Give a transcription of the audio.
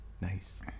Nice